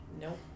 Nope